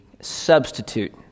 substitute